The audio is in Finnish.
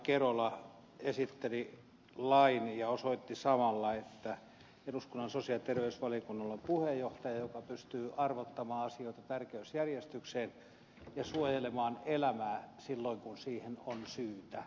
kerola esitteli lain ja osoitti samalla että eduskunnan sosiaali ja terveysvaliokunnalla on puheenjohtaja joka pystyy arvottamaan asioita tärkeysjärjestykseen ja suojelemaan elämää silloin kun siihen on syytä